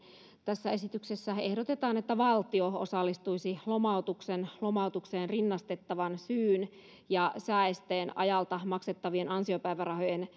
tässä esityksessä ehdotetaan että valtio osallistuisi lomautukseen rinnastettavan syyn ja sääesteen ajalta maksettavien ansiopäivärahojen